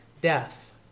death